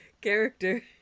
character